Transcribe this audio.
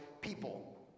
people